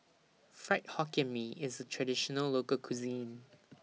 Fried Hokkien Mee IS A Traditional Local Cuisine